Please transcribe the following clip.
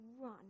run